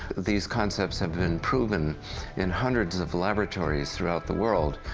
these concepts have been proven in hundreds of laboratories throughout the world.